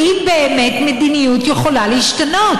האם באמת מדיניות יכולה להשתנות?